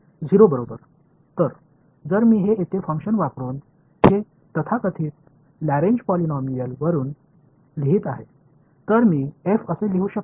0 बरोबर तर जर मी हे येथे फंक्शन वापरुन हे तथाकथित लॅरेंज पॉलिनॉमियल वापरुन लिहित आहे तर मी f असे लिहू शकतो